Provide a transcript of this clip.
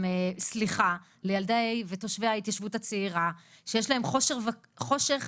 סליחה לילדי ותושבי ההתיישבות הצעירה שיש להם חושך